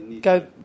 Go